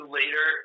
later